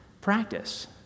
practice